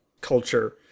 culture